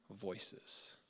Voices